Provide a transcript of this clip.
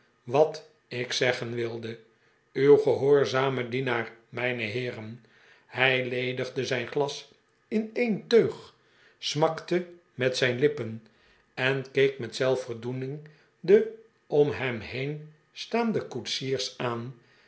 wat ik zeggen wilde uw gehoorzame dienaar mijne heeren hij ledigde zijn glas in een teug smakte met zijn lippen en keek met zelfvoldoening de om hem heen staande koetsiers aan